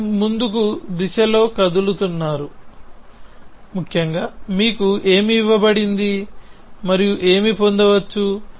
మీరు ముందుకు దిశలో కదులుతున్నారు ముఖ్యంగా మీకు ఏమి ఇవ్వబడింది మరియు ఏమి పొందవచ్చు